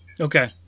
Okay